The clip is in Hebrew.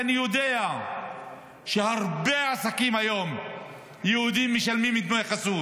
אני יודע שהרבה עסקים יהודיים משלמים היום דמי חסות,